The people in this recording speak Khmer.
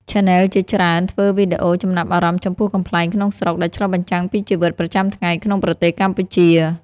ឆានែលជាច្រើនធ្វើវីដេអូចំណាប់អារម្មណ៍ចំពោះកំប្លែងក្នុងស្រុក ដែលឆ្លុះបញ្ចាំងពីជីវិតប្រចាំថ្ងៃក្នុងប្រទេសកម្ពុជា។